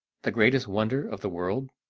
the greatest wonder of the world?